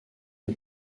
une